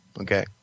Okay